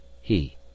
He